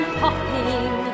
popping